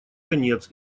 конец